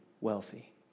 wealthy